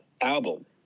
album